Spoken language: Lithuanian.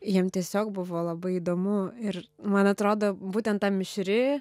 jiem tiesiog buvo labai įdomu ir man atrodo būtent ta mišri